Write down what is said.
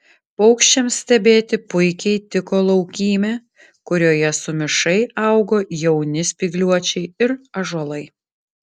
paukščiams stebėti puikiai tiko laukymė kurioje sumišai augo jauni spygliuočiai ir ąžuolai